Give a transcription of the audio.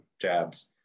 Jabs